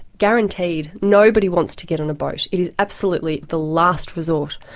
guaranteed. nobody wants to get on a boat. it is absolutely the last resort.